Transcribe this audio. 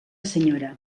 senyora